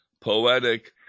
poetic